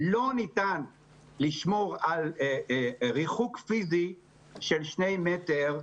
לא ניתן לשמור על ריחוק פיזי של לפחות 2 מטר.